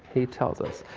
he tells us.